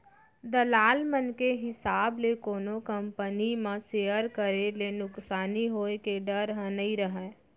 दलाल मन के हिसाब ले कोनो कंपनी म सेयर करे ले नुकसानी होय के डर ह नइ रहय